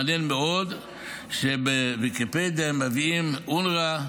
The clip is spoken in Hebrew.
מעניין מאוד שבוויקיפדיה מביאים אונר"א,